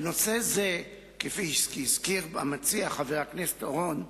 בנושא זה, כפי שהזכיר המציע, חבר הכנסת אורון,